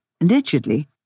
allegedly